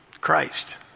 Christ